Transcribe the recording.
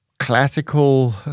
Classical